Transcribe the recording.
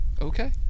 Okay